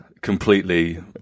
completely